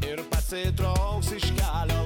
ir pasitrauks iš kelio